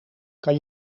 kan